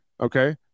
Okay